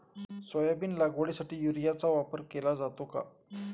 Soybean लागवडीसाठी युरियाचा वापर केला जातो का?